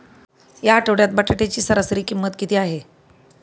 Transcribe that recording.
या आठवड्यात बटाट्याची सरासरी किंमत किती आहे?